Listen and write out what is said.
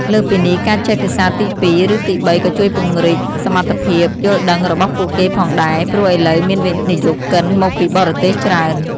លើសពីនេះ ការចេះភាសាទីពីរ ឬទីបីក៏ជួយពង្រីកសមត្ថភាពយល់ដឹងរបស់ពួកគេផងដែរ ព្រោះឥឡូវមានវិនិយោគិនមកពីបរទេសច្រើន។